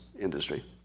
industry